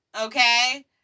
Okay